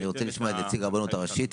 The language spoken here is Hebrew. אני רוצה לשמוע את הרבנות הראשית.